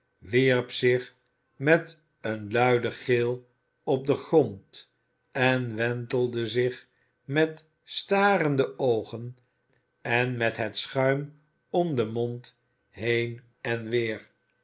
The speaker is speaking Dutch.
wierp zich met een luiden gil op den grond en wentelde zich met starende oogen en met het schuim om den mond heen en weer